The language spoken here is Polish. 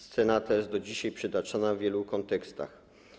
Scena ta jest do dzisiaj przytaczana w wielu kontekstach.